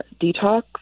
detox